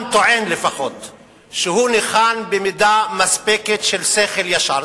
טוען שהוא ניחן במידה מספקת של שכל ישר.